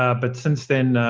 ah but since then,